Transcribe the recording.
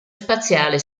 spaziale